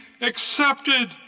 accepted